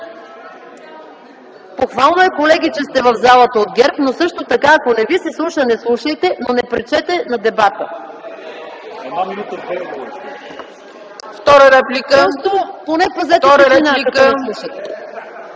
Похвално е, колеги от ГЕРБ, че сте в залата, но също така, ако не ви се слуша – не слушайте, но не пречете на дебата.